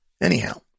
Anyhow